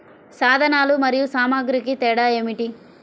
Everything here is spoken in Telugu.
సాధనాలు మరియు సామాగ్రికి తేడా ఏమిటి?